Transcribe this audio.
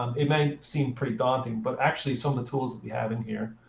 um it may seem pretty daunting, but actually some of the tools we have in here